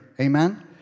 Amen